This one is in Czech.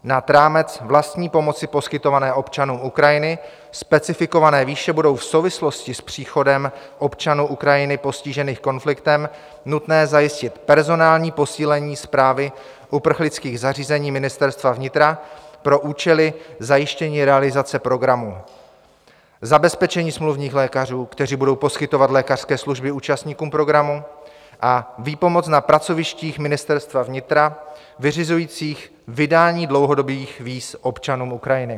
Nad rámec vlastní pomoci poskytované občanům Ukrajiny specifikované výše bude v souvislosti s příchodem občanů Ukrajiny postižených konfliktem nutné zajistit personální posílení Správy uprchlických zařízení Ministerstva vnitra pro účely zajištění realizace programu, zabezpečení smluvních lékařů, kteří budou poskytovat lékařské služby účastníkům programu, a výpomoc na pracovištích Ministerstva vnitra vyřizujících vydání dlouhodobých víz občanům Ukrajiny.